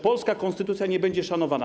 polska konstytucja nie będzie szanowana.